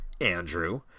Andrew